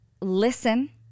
listen